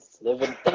living